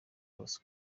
hose